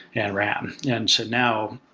and ram. and so now,